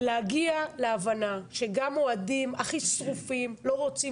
להגיע להבנה שגם אוהדים הכי "שרופים" לא רוצים